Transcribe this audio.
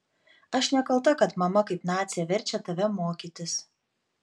aš nekalta kad mama kaip nacė verčia tave mokytis